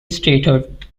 statehood